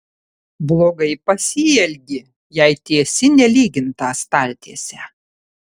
blogai pasielgi jei tiesi nelygintą staltiesę